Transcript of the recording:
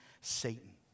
Satan